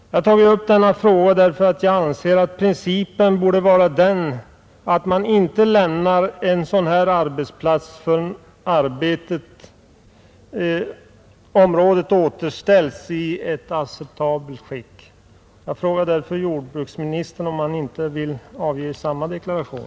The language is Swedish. Jag har tagit upp denna fråga därför att jag anser att principen bör vara den, att man inte lämnar en sådan här arbetsplats förrän området återställts i ett acceptabelt skick. Jag frågar jordbruksministern, om inte han vill avge samma deklaration.